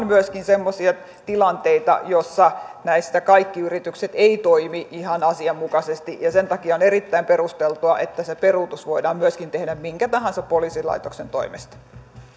myöskin semmoisia tilanteita joissa kaikki yritykset eivät toimi ihan asianmukaisesti ja sen takia on erittäin perusteltua että se peruutus voidaan myöskin tehdä minkä tahansa poliisilaitoksen toimesta